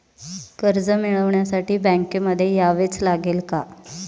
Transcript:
कर्ज मिळवण्यासाठी बँकेमध्ये यावेच लागेल का?